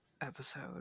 episode